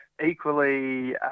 Equally